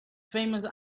famous